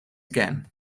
again